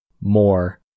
more